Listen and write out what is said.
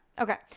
Okay